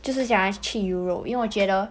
就是想要去 europe 因为我觉得